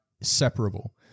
separable